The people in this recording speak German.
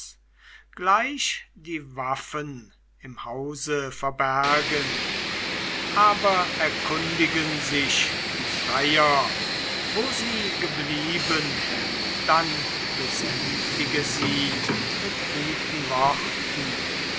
gleich die waffen im hause verbergen aber erkundigen sich die freier wo sie geblieben dann besänftige sie mit guten worten